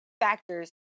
factors